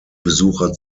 besucher